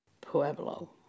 Pueblo